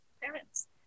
parents